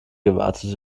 gewartet